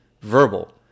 verbal